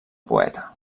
poeta